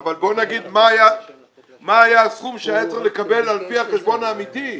אבל בוא נגיד מה היה הסכום שהיה צריך לקבל על פי החשבון האמיתי.